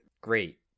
great